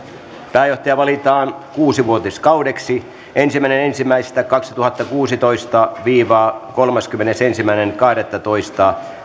pääjohtaja valitaan kuusivuotiskaudeksi ensimmäinen ensimmäistä kaksituhattakuusitoista viiva kolmaskymmenesensimmäinen kahdettatoista